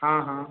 हाँ हाँ